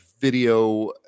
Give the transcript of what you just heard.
video